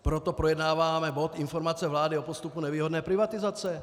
Proto projednáváme bod informace vlády o postupu nevýhodné privatizace.